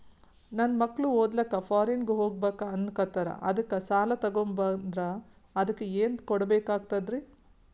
ನನ್ನ ಮಕ್ಕಳು ಓದ್ಲಕ್ಕ ಫಾರಿನ್ನಿಗೆ ಹೋಗ್ಬಕ ಅನ್ನಕತ್ತರ, ಅದಕ್ಕ ಸಾಲ ತೊಗೊಬಕಂದ್ರ ಅದಕ್ಕ ಏನ್ ಕೊಡಬೇಕಾಗ್ತದ್ರಿ?